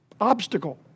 obstacle